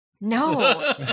no